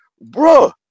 bro